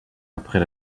après